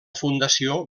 fundació